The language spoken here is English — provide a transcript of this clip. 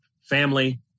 family